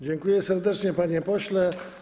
Dziękuję serdecznie, panie pośle.